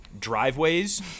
driveways